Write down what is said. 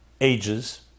ages